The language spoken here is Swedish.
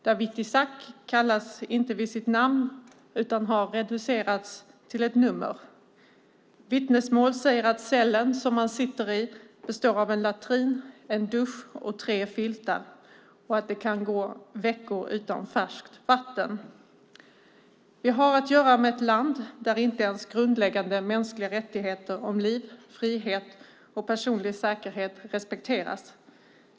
Dawit Isaak kallas inte vid sitt namn utan har reducerats till ett nummer. Vittnesmål säger att cellen som han sitter i består av en latrin, en dusch och tre filtar och att det kan gå veckor utan att han får färskt vatten. Vi har att göra med ett land där inte ens grundläggande mänskliga rättigheter om liv, frihet och personlig säkerhet respekteras.